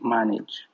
Manage